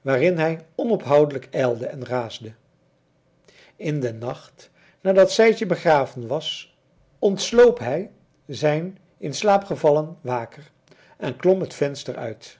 waarin hij onophoudelijk ijlde en raasde in den nacht nadat sijtje begraven was ontsloop hij zijn in slaap gevallen waker en klom het venster uit